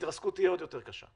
ההתרסקות תהיה עוד יותר קשה.